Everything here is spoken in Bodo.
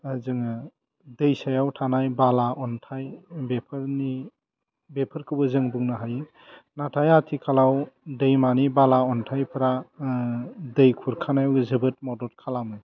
जोङो दैसायाव थानाय बाला अन्थाइ बेफोरनि बेफोरखौबो जों बुंनो हायो नाथाय आथिखालाव दैमानि बाला अन्थाइफ्रा दै खुरखानायबो जोबोद मदद खालामो